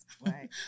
Right